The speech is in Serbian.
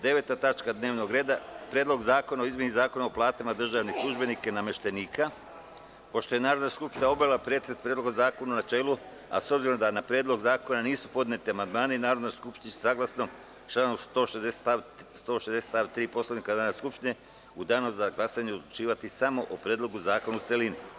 Prelazimo na 9. tačku dnevnog reda – PREDLOG ZAKONA O IZMENAMA ZAKONA O PLATAMA DRŽAVNIH SLUŽBENIKA I NAMEŠTENIKA Pošto je Narodna skupština obavila pretres Predloga zakona u načelu, a s obzirom na to da na Predlog zakona nisu podneti amandmani Narodna skupština će saglasno članu 160. stav 3. Poslovnika u danu za glasanje odlučivati o Predlogu zakona u celini.